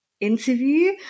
interview